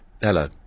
Hello